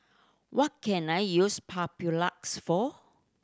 what can I use Papulex for